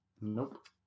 Nope